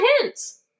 hints